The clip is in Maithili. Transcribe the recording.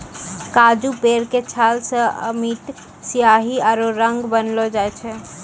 काजू पेड़ के छाल सॅ अमिट स्याही आरो रंग बनैलो जाय छै